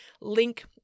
link